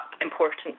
important